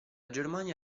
germania